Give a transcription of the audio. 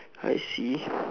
I see